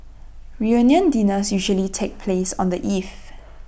reunion dinners usually take place on the eve